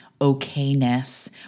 okayness